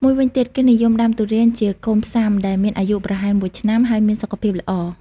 មួយវិញទៀតគេនិយមដាំទុរេនជា កូនផ្សាំ ដែលមានអាយុប្រហែល ១ ឆ្នាំ ហើយមានសុខភាពល្អ។